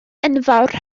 enfawr